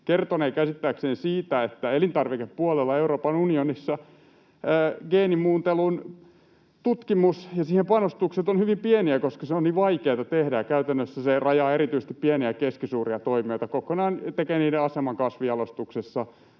kertonevat käsittääkseni siitä, että elintarvikepuolella Euroopan unionissa geenimuuntelun tutkimus ja siihen panostukset ovat hyvin pieniä, koska se on niin vaikeata tehdä. Ja käytännössä se rajaa erityisesti pieniä ja keskisuuria toimijoita kokonaan — tekee niiden aseman kasvinjalostuksessa,